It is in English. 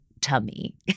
tummy